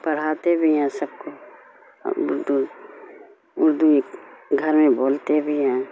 پڑھاتے بھی ہیں سب کو اردو اردو گھر میں بولتے بھی ہیں